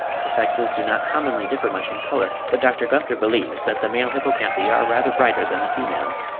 the sexes do not commonly differ much in colour but dr. gunther believes that the male hippocampi are rather brighter than the females.